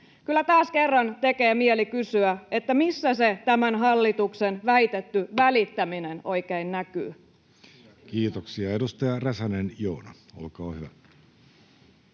Kyllä taas kerran tekee mieli kysyä, missä se tämän hallituksen väitetty välittäminen oikein näkyy. [Speech 125] Speaker: Jussi Halla-aho